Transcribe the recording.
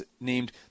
named